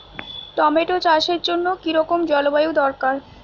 Tomato চাষের জন্য কি রকম জলবায়ু দরকার?